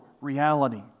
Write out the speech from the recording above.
reality